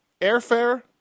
airfare